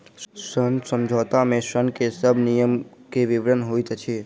ऋण समझौता में ऋण के सब नियम के विवरण होइत अछि